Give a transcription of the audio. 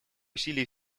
усилий